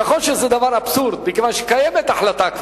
נכון שזה דבר אבסורדי, מכיוון שכבר קיימת החלטה.